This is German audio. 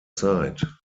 zeit